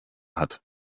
hat